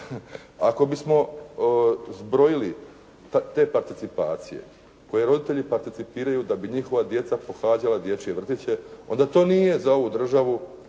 Ako bismo zbrojili te participacije koji roditelji participiraju da bi njihova djeca pohađala dječje vrtiće onda to nije za ovu državu